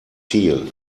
ziel